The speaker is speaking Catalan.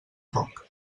poc